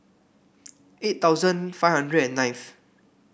eight thousand five hundred and ninth